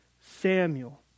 Samuel